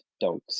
dogs